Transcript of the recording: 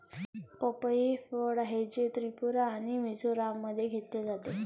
पपई हे फळ आहे, जे त्रिपुरा आणि मिझोराममध्ये घेतले जाते